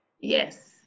Yes